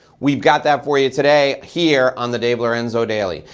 we've got that for you today here on the dave lorenzo daily.